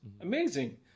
Amazing